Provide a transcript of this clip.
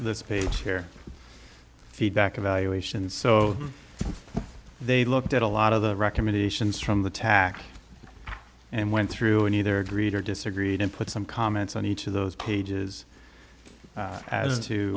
this page here feedback evaluation so they looked at a lot of the recommendations from the tac and went through and either agreed or disagreed and put some comments on each of those pages